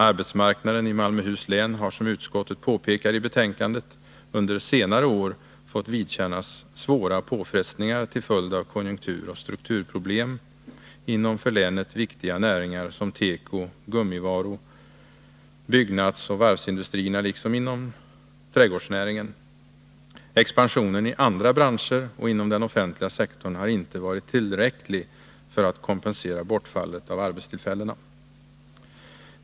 Arbetsmarknaden i Malmöhus län har, som utskottet påpekar i betänkandet, under senare år fått vidkännas svåra påfrestningar till följd av konjunkturoch strukturproblem inom för länet viktiga näringar som teko-, gummivaru-, byggnadsoch varvsindustrierna liksom inom trädgårdsnäringen. Expansionen i andra branscher och inom den offentliga sektorn har inte varit tillräcklig för att kompensera bortfallet av arbetstillfällen.